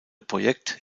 projekt